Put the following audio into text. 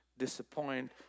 disappoint